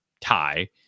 tie